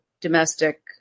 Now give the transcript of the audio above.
domestic